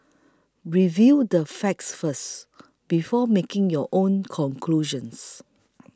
review the facts first before making your own conclusions